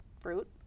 fruit